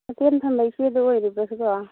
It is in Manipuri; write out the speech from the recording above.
ꯍꯣꯇꯦꯜ ꯐꯝꯕ ꯏꯆꯦꯗꯨ ꯑꯣꯏꯔꯤꯕꯣ ꯑꯁꯤꯕꯣ